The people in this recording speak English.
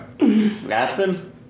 Aspen